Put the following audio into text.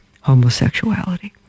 homosexuality